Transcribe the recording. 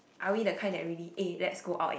are we the kind that really eh let's go out and